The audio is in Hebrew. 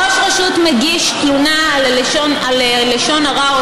ראש רשות מגיש תלונה על לשון הרע,